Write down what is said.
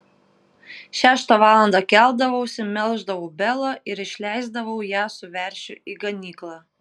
šeštą valandą keldavausi melždavau belą ir išleisdavau ją su veršiu į ganyklą